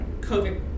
COVID